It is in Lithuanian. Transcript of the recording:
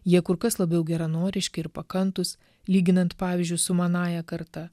jie kur kas labiau geranoriški ir pakantūs lyginant pavyzdžiui su manąja karta